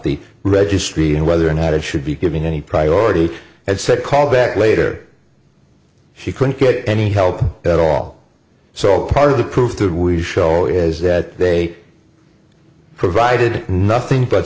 the registry and whether or not it should be given any priority and said call back later she couldn't get any help at all so far the proof that we show is that they provided nothing but